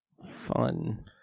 fun